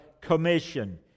commission